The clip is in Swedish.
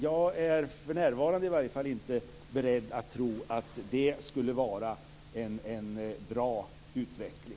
Jag är i alla fall inte för närvarande beredd att tro att det skulle vara en bra utveckling.